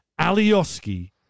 Alioski